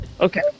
okay